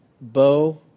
Bo